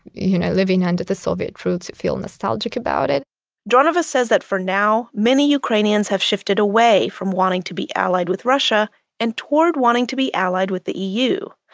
you know, living under the soviet rule to feel nostalgic about it dronova says that for now, many ukrainians have shifted away from wanting to be allied with russia and toward wanting to be allied with the eu,